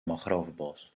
mangrovebos